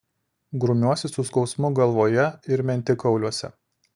grumiuosi su skausmu galvoje ir mentikauliuose